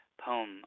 poem